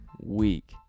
week